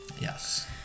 Yes